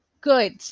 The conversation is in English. good